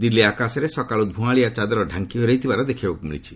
ଦିଲ୍ଲି ଆକାଶରେ ସକାଳୁ ଧ୍ରଆଁଳିଆ ଚାଦର ଢାଙ୍କି ହୋଇ ରହିଥିବାର ଦେଖିବାକୁ ମିଳିଛି